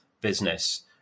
business